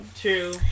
True